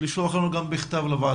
לשלוח לנו, לוועדה,